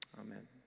amen